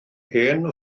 hen